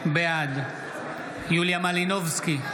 בעד יוליה מלינובסקי,